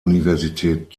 universität